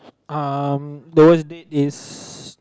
um the worst date is